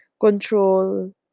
control